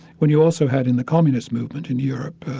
when you also had in the communist movement in europe,